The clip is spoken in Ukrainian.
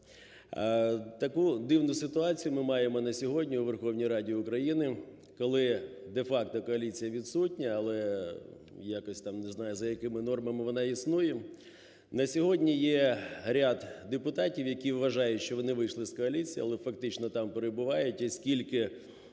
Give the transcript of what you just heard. Таку дивну ситуацію ми маємо на сьогодні у Верховній Раді України, коли де-факто коаліція відсутня, але якось там, не знаю, за якими нормами вона існує. На сьогодні є ряд депутатів, які вважають, що вони вийшли з коаліції, але фактично там перебувають,